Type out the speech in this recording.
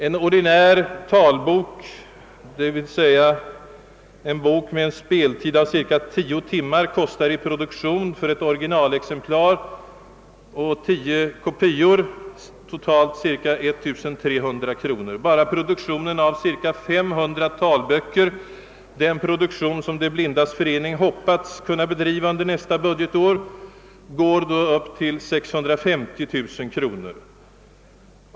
En ordinär talbok, dvs. en bok med en speltid av cirka tio timmar, kostar i produktion för ett originalexemplar och tio kopior totalt cirka 1300 kronor. Bara produktionen av cirka 500 talböcker — den produktion som De blindas förening hoppats kunna genomföra under nästa budgetår — går då på 650 000 kronor.